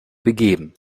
begeben